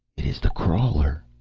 it is the crawler!